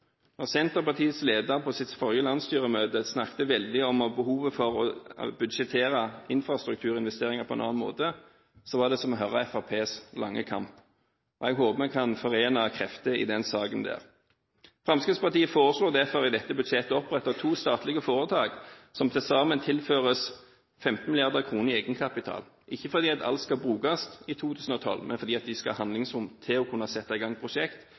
Senterpartiets leder på sitt forrige landsstyremøte snakket veldig om behovet for å budsjettere infrastrukturinvesteringer på en annen måte, var det som å høre Fremskrittspartiets lange kamp. Jeg håper vi kan forene krefter i den saken. Fremskrittspartiet foreslår derfor i dette budsjettet å opprette to statlige foretak, som til sammen tilføres 15 mrd. kr i egenkapital – ikke for at alt skal brukes i 2012, men for at en skal ha handlingsrom til å sette i gang prosjekt